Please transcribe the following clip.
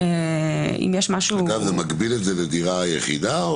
אגב, זה מגביל לדירה יחידה?